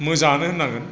मोजाङानो होननांगोन